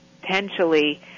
potentially